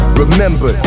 remember